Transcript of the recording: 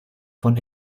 von